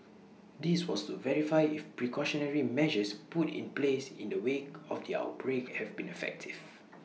this was to verify if precautionary measures put in place in the wake of the outbreak have been effective